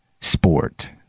Sport